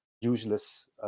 useless